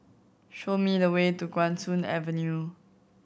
show me the way to Guan Soon Avenue